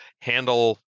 handle